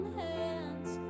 hands